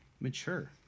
Mature